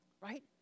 Right